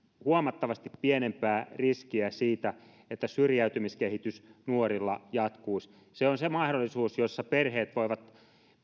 huomattavasti pienempää riskiä siitä että syrjäytymiskehitys nuorilla jatkuisi se on se mahdollisuus jossa perheet voivat